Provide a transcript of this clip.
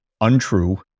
untrue